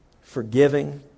forgiving